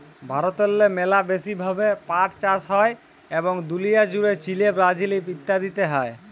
ভারতেল্লে ম্যালা ব্যাশি ভাবে পাট চাষ হ্যয় এবং দুলিয়া জ্যুড়ে চিলে, ব্রাজিল ইত্যাদিতে হ্যয়